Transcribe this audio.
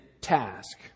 task